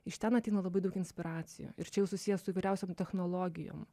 iš ten ateina labai daug inspiracijų ir čia jau susiję su įvairiausiom technologijom